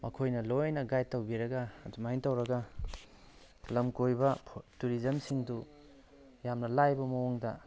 ꯃꯈꯣꯏꯅ ꯂꯣꯏꯅ ꯒꯥꯏꯠ ꯇꯧꯕꯤꯔꯒ ꯑꯗꯨꯃꯥꯏꯅ ꯇꯧꯔꯒ ꯂꯝ ꯀꯣꯏꯕ ꯇꯨꯔꯤꯖꯝꯁꯤꯡꯗꯨ ꯌꯥꯝꯅ ꯂꯥꯏꯕ ꯃꯑꯣꯡꯗ